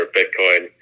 Bitcoin